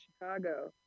Chicago